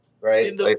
right